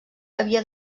havia